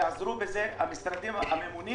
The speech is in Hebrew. שיעזרו בזה המשרדים הממונים